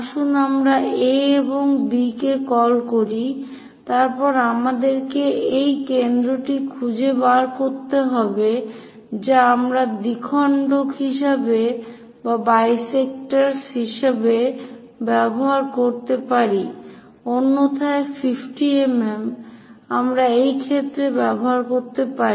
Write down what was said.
আসুন আমরা A এবং B কে কল করি তারপর আমাদেরকে সেই কেন্দ্রটি খুঁজে বের করতে হবে যা আমরা দ্বিখন্ডক হিসেবে ব্যবহার করতে পারি অন্যথায় 50 mm আমরা এই ক্ষেত্রে ব্যবহার করতে পারি